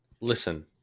Listen